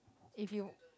if you